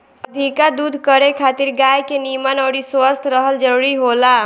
अधिका दूध करे खातिर गाय के निमन अउरी स्वस्थ रहल जरुरी होला